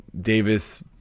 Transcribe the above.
Davis